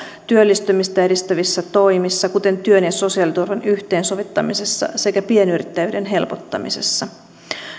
työllistymistä edistävissä toimissa kuten työn ja sosiaaliturvan yhteensovittamisessa sekä pienyrittäjyyden helpottamisessa